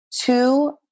two